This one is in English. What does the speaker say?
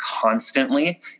constantly